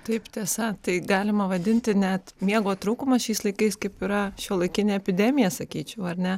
taip tiesa tai galima vadinti net miego trūkumas šiais laikais kaip yra šiuolaikinė epidemija sakyčiau ar ne